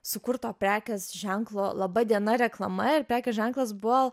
sukurto prekės ženklo laba diena reklama ir prekės ženklas buvo